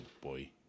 boy